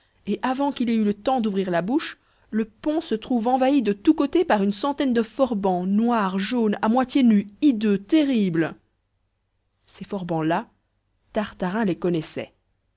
et avant qu'il ait eu le temps d'ouvrir la bouche le pont se trouve envahi de tous côtés par une centaine de forbans noirs jaunes à moitié nus hideux terribles ces forbans là tartarin les connaissait